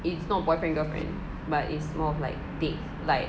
it's not boyfriend girlfriend but it's more of like date like